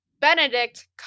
Benedict